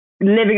living